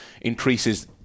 increases